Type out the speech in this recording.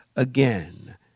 Again